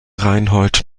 reinhold